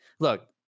Look